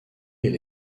elle